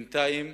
בינתיים